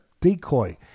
decoy